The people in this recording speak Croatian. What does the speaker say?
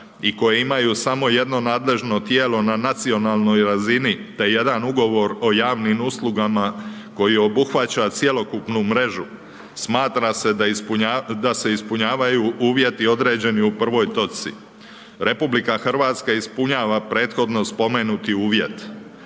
i koji imaju samo jedno nadležno tijelo na nacionalnoj razini, te jedan ugovor o javnim uslugama, koji obuhvaća cjelokupnu mreža, smatra se da se ispunjavaju uvjeti određeni u 1. točci. RH ispunjava prethodno spomenuti uvjet,